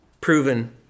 Proven